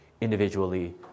individually